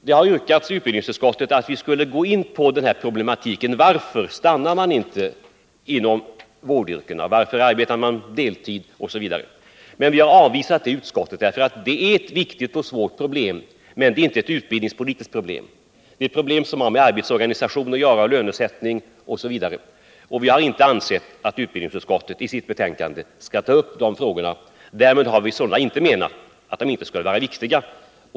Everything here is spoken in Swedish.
Det har yrkats i utbildningsutskottet att vi skulle gå in på varför man inte stannar inom vårdyrkena, varför man arbetar på deltid, osv. Men vi har avvisat detta yrkande i utskottet. Det är ett viktigt och svårt problem, men det är inte ett utbildningspolitiskt problem. Det är ett problem som har att göra med arbetsorganisation, lönesättning osv. Vi har inte ansett att utbildningsutskottet i sitt betänkande skall ta upp de frågorna. Därmed har vi sålunda inte menat att de inte skulle vara viktiga.